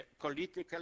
political